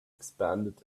expanded